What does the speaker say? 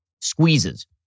squeezes